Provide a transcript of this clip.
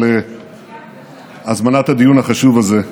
על הזמנת הדיון החשוב הזה.